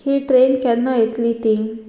ही train केन्ना येतली ती